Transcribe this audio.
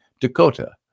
Dakota